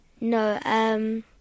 No